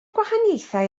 gwahaniaethau